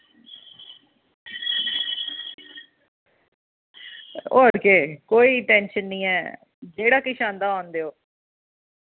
और के कोई टेंशन नेईं ऐ जेह्ड़ा किश आंदा औन दियो